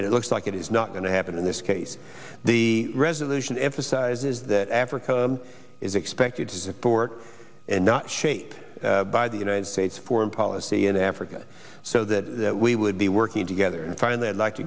and it looks like it is not going to happen in this case the resolution emphasizes that africa is expected to support and not shaped by the united states foreign policy in africa so that we would be working together and find that like